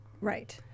right